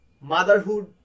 motherhood